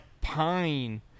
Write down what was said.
pine